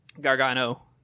Gargano